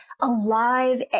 alive